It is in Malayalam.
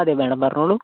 അതെ മാഡം പറഞ്ഞോളൂ